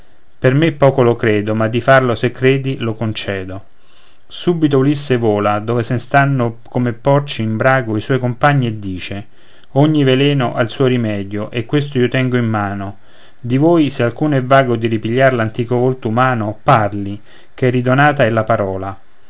per me poco lo credo ma di farlo se credi lo concedo subito ulisse vola dove sen stanno come porci in brago i suoi compagni e dice ogni veleno ha il suo rimedio e questo io tengo in mano di voi se alcuno è vago di ripigliar l'antico volto umano parli ché ridonata è la parola